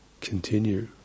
continue